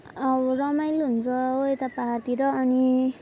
अब रमाइलो हुन्छ हो यता पाहाडतिर अनि